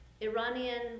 Iranian